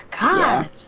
god